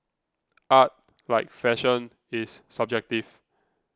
art like fashion is subjective